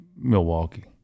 Milwaukee